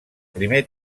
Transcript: primer